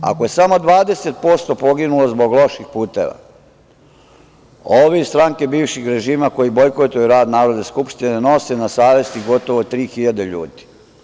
Ako je samo 20% poginulo zbog loših puteva, ovi iz stranke bivših režima, koji bojkotuju rad Narodne skupštine nose na savesti gotovo 3.000 ljudi.